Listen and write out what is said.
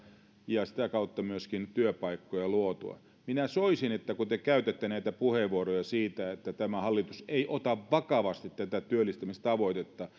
ja sitä kautta myöskin työpaikkoja luotua minä soisin että kun te käytätte näitä puheenvuoroja siitä että tämä hallitus ei ota vakavasti tätä työllistämistavoitetta